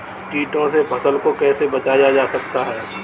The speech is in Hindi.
कीटों से फसल को कैसे बचाया जा सकता है?